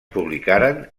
publicaren